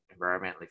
environmentally